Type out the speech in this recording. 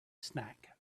snack